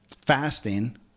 fasting